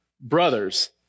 brother's